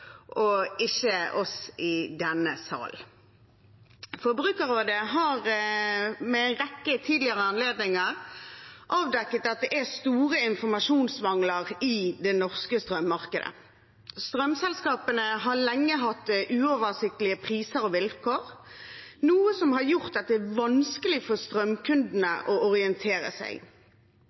og ikke vår i denne sal. Forbrukerrådet har ved en rekke tidligere anledninger avdekket at det er store informasjonsmangler i det norske strømmarkedet. Strømselskapene har lenge hatt uoversiktlige priser og vilkår, noe som har gjort at det er vanskelig for strømkundene å orientere seg.